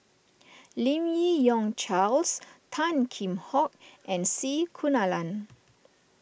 Lim Yi Yong Charles Tan Kheam Hock and C Kunalan